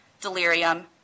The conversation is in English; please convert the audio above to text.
delirium